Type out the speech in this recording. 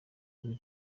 kuri